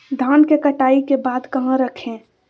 धान के कटाई के बाद कहा रखें?